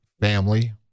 family